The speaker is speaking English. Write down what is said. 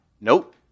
Nope